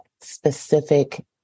specific